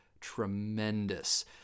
tremendous